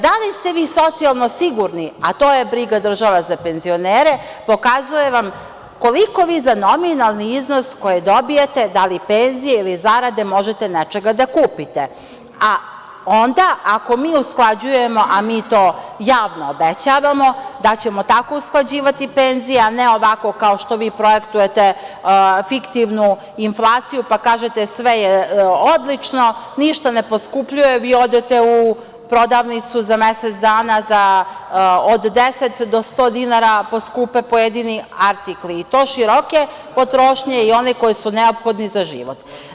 Da li ste vi socijalno sigurni, a to je briga države za penzionere, pokazuje vam koliko vi za nominalni iznos koji dobijete, da li penzije ili zarade, možete nečega da kupite, a onda, ako mi usklađujemo, a mi to javno obećavamo, da ćemo tako usklađivati penzije, a ne ovako kao što vi projektujete fiktivnu inflaciju, pa kažete – sve je odlično, ništa ne poskupljuje, vi odete u prodavnicu za mesec dana za od 10 do 100 dinara poskupe pojedini artikli i to široke potrošnje i oni koji su neophodni za život.